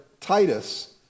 Titus